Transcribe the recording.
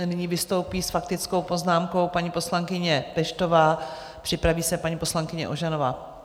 Nyní vystoupí s faktickou poznámkou paní poslankyně Peštová, připraví se paní poslankyně Ožanová.